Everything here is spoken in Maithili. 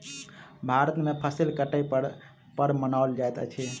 भारत में फसिल कटै पर पर्व मनाओल जाइत अछि